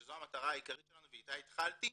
שזו המטרה העיקרית שלנו ואיתה התחלתי,